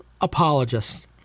apologists